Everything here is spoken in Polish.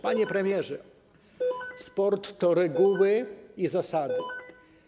Panie premierze, sport to reguły i zasady.